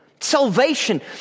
Salvation